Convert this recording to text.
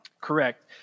Correct